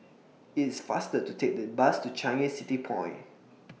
IT IS faster to Take The Bus to Changi City Point